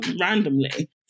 randomly